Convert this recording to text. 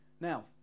Now